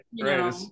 Right